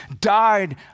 died